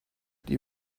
die